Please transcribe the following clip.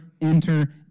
enter